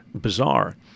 bizarre